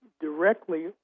directly